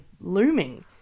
looming